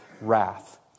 wrath